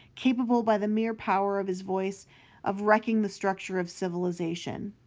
capable by the mere power of his voice of wrecking the structure of civilization.